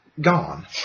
gone